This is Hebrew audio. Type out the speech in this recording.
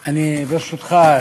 ברשותך,